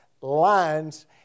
lines